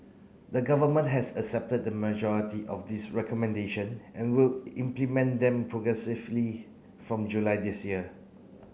the Government has accepted the majority of these recommendation and will implement them progressively from July this year